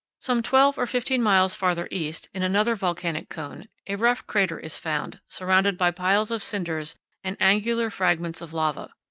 some twelve or fifteen miles farther east, in another volcanic cone, a rough crater is found, surrounded by piles of cinders and angular fragments of lava.